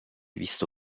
visto